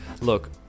look